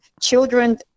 Children